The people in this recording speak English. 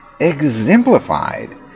exemplified